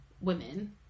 women